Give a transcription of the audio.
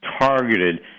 targeted